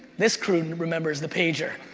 this crew remembers the pager.